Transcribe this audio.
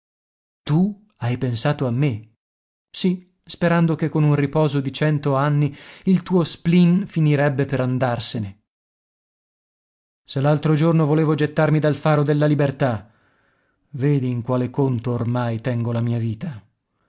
tu hai pensato a me sì sperando che con un riposo di cento anni il tuo spleen finirebbe per andarsene se l'altro giorno volevo gettarmi dal faro della libertà vedi in quale conto ormai tengo la mia vita